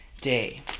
day